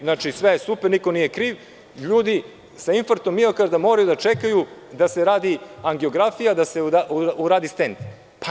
Znači, sve je super i niko nije kriv, a ljudi sa infarktom miokarda moraju da čekaju da se radi angiografija, da se uradi stend.